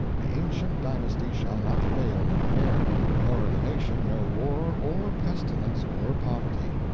the ancient dynasty shall not fail of an heir, nor the nation know war or pestilence or poverty.